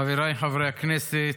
חבריי חברי הכנסת,